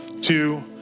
two